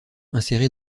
insérée